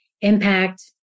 Impact